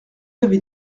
avez